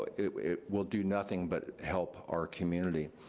it it will do nothing but help our community.